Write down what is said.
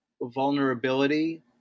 vulnerability